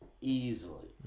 Easily